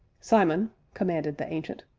simon, commanded the ancient,